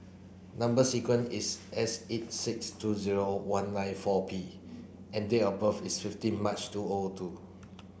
number sequence is S eight six two zero one nine four P and date of birth is fifteen March two O O two